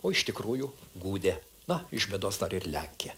o iš tikrųjų gudė na iš bėdos dar ir lenkė